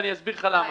ואסביר לך למה.